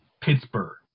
Pittsburgh